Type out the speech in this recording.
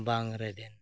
ᱵᱟᱝ ᱨᱮᱵᱮᱱ